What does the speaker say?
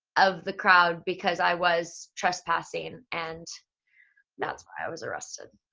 of the crowd because i was trespassing and that's why i was arrested.